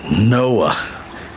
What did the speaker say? Noah